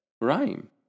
rhyme